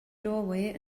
doorway